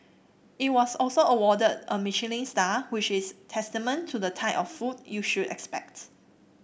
it was also awarded a Michelin star which is testament to the type of food you should expect